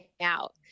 out